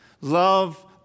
Love